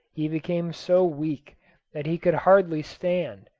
he became so weak that he could hardly stand.